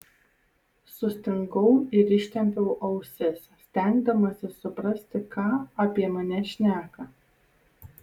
sustingau ir ištempiau ausis stengdamasis suprasti ką apie mane šneka